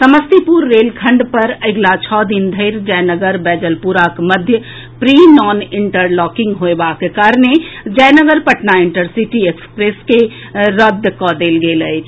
समस्तीपुर रेलखंड पर अगिला छओ दिन धरि जयनगर बैजलपुराक मध्य प्री नॉन इंटरलॉकिंग होयबाक कारणे जयनगर पटना इंटरसिटी एक्सप्रेस के रद्द कऽ देल गेल अछि